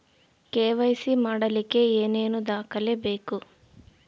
KYC ಮಾಡಲಿಕ್ಕೆ ಏನೇನು ದಾಖಲೆಬೇಕು?